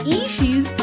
issues